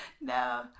no